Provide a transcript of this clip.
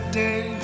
day